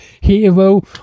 hero